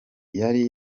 yari